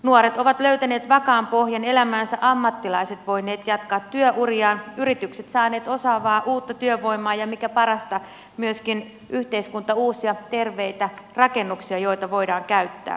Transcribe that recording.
nuoret ovat löytäneet vakaan pohjan elämäänsä ammattilaiset voineet jatkaa työuriaan yritykset saaneet osaavaa uutta työvoimaa ja mikä parasta myöskin yhteiskunta uusia terveitä rakennuksia joita voidaan käyttää